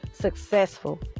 successful